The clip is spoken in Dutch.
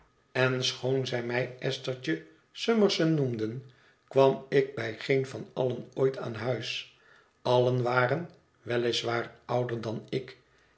kon herschoon zij mij esthertje summerson noemden kwam ik bij geen van allen ooit aan huis allen waren wel is waar ouder dan ik